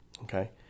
Okay